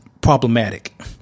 problematic